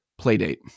Playdate